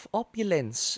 opulence